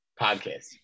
podcast